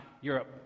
Europe